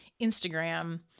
instagram